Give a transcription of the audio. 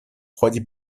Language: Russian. ходе